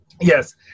Yes